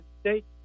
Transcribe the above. States